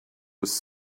was